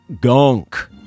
Gunk